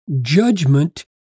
judgment